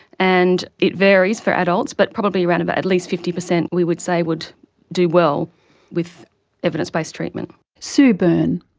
and it varies for adults, but probably around about at least fifty percent we would say would do well with evidence-based treatment. sue byrne.